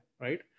right